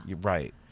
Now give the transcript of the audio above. Right